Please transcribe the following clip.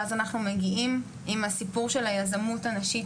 ואז אנחנו מגיעים עם הסיפור של היזמות הנשית,